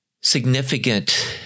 significant